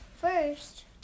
First